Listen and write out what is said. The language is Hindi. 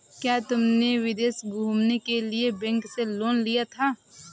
क्या तुमने विदेश घूमने के लिए बैंक से लोन लिया था?